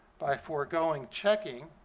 by foregoing checking